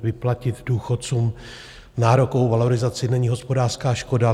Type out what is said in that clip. Vyplatit důchodcům nárokovou valorizaci není hospodářská škoda.